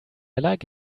like